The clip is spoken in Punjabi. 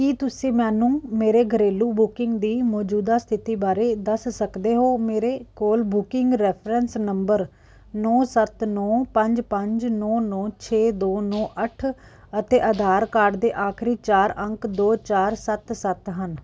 ਕੀ ਤੁਸੀਂ ਮੈਨੂੰ ਮੇਰੇ ਘਰੇਲੂ ਬੁੱਕਿੰਗ ਦੀ ਮੌਜੂਦਾ ਸਥਿਤੀ ਬਾਰੇ ਦੱਸ ਸਕਦੇ ਹੋ ਮੇਰੇ ਕੋਲ ਬੁੱਕਿੰਗ ਰਿਫਰੈਂਸ ਨੰਬਰ ਨੌਂ ਸੱਤ ਨੌਂ ਪੰਜ ਪੰਜ ਨੌਂ ਨੌਂ ਛੇ ਦੋ ਨੌਂ ਅੱਠ ਅਤੇ ਆਧਾਰ ਕਾਰਡ ਦੇ ਆਖਰੀ ਚਾਰ ਅੰਕ ਦੋ ਚਾਰ ਸੱਤ ਸੱਤ ਹਨ